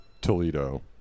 Toledo